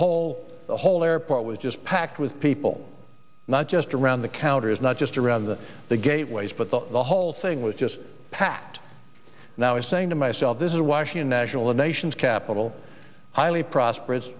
whole the whole airport was just packed with people not just around the counter is not just around the the gateways but the whole thing was just packed now as saying to myself this is a washington national the nation's capital highly prosperous